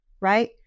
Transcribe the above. right